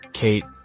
Kate